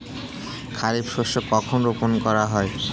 খারিফ শস্য কখন রোপন করা হয়?